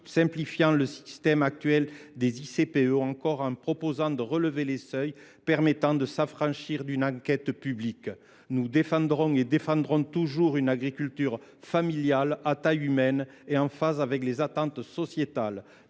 simplifiant le système des ICPE ou encore en proposant de relever les seuils en deçà desquels on peut s’affranchir de l’enquête publique. Nous défendrons toujours une agriculture familiale, à taille humaine et en phase avec les attentes sociétales.